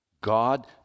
God